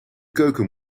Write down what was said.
keuken